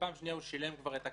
ופעם שנייה הוא כבר שילם את הקנס.